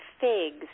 figs